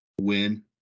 Win